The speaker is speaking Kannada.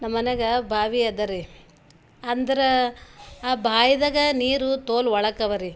ನಮ್ಮ ಮನ್ಯಾಗ ಬಾವಿ ಅದರಿ ಅಂದ್ರೆ ಆ ಬಾವಿದಾಗ ನೀರು ತೋಲ ಒಳಕ್ಕವರಿ